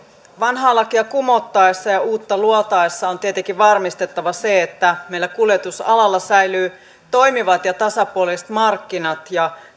vanhaa lakia kumottaessa ja uutta luotaessa on tietenkin varmistettava se että meillä kuljetusalalla säilyvät toimivat ja tasapuoliset markkinat ja